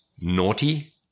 naughty